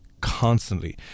Constantly